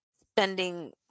spending